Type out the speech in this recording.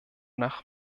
nach